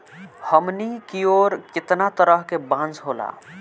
हमनी कियोर कितना तरह के बांस होला